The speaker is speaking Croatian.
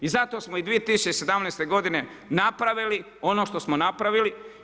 I zato smo i 2017. godine napravili ono što smo napravili.